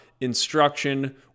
instruction